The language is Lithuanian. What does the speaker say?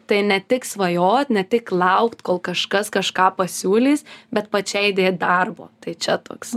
tai ne tik svajot ne tik laukt kol kažkas kažką pasiūlys bet pačiai dėt darbo tai čia toks